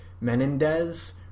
Menendez